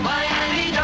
Miami